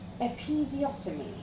Episiotomy